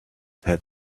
had